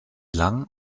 lang